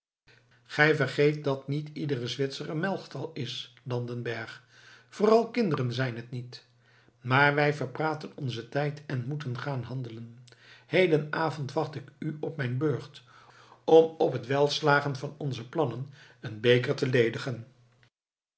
gij vergeet dat niet iedere zwitser een melchtal is landenberg vooral kinderen zijn het niet maar wij verpraten onzen tijd en moeten gaan handelen heden avond wacht ik u op mijn burcht om op het welslagen van onze plannen een beker te ledigen